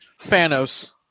Thanos